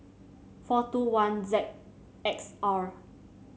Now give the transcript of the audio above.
four two one Z X R